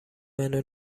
منو